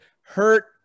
hurt